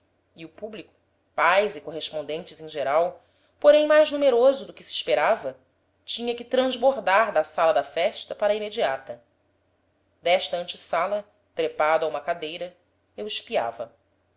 e o público pais e correspondentes em geral porém mais numeroso do que se esperava tinha que transbordar da sala da festa para a imediata desta ante sala trepado a uma cadeira eu espiava